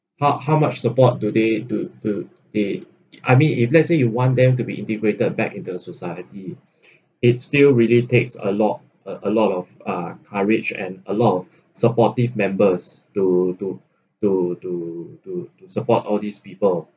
how how much support do they do do they I mean if let's say you want them to be integrated back in the society it's still really takes a lot a lot of uh courage and a lot of supportive members to to to to to to support all these people